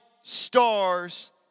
stars